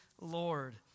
Lord